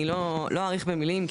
אני לא אאריך במילים,